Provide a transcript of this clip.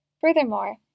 Furthermore